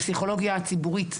הפסיכולוגיה הציבורית,